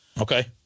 Okay